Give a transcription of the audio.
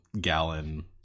gallon